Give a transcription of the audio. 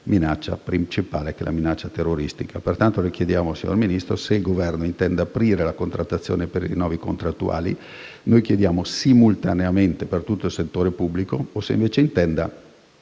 minaccia principale, che è la minaccia terroristica. Pertanto le chiediamo, signora Ministra, se il Governo intenda aprire la contrattazione per i rinnovi contrattuali simultaneamente per tutto il settore pubblico (come noi